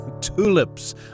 Tulips